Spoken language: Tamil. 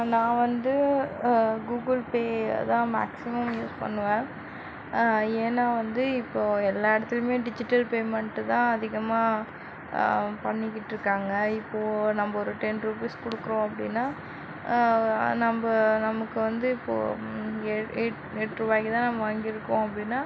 நான் வந்து கூகுள் பேயைதான் மேக்ஸிமம் யூஸ் பண்ணுவேன் ஏன்னால் வந்து இப்போது எல்லா இடத்துலயுமே டிஜிட்டல் பேமண்ட்டு தான் அதிகமாக பண்ணிக்கிட்டிருக்காங்க இப்போது நம்ம ஒரு டென் ருபீஸ் கொடுக்குறோம் அப்படினா நம்ம நமக்கு வந்து இப்போது எட்டு ரூபாக்கிதான் நம்ம வாங்கியிருக்கோம் அப்படினா